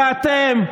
ואתם,